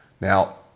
Now